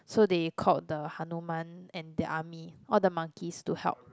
so they called the Hanuman and their army all the monkeys to help